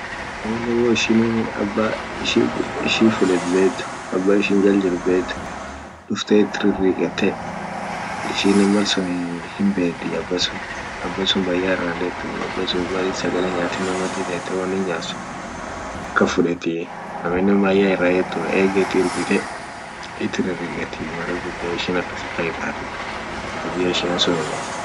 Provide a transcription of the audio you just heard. Nyaunen wo ishinii aba ishi ishi fudet bed aba ishin jal jirt bed dufte it ririqette ishinen malsuni hinbedi aba sun. aba sun bayya ira hin detuu aba sun Malin sagale nyatinen madi tete wonin nyat sun kan fudetii aminen maye ira hietu ege it irrbite it ririqeti mara guda ishin akas akan itati tabia ishian sunuma.